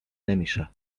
نمیشه